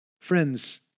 Friends